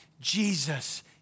Jesus